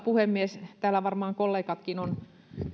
puhemies täällä varmaan kollegatkin ovat